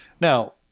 Now